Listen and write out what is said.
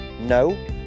No